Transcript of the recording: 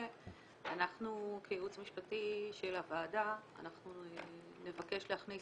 שאנחנו כייעוץ משפטי של הוועדה נבקש להכניס